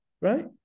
right